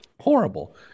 Horrible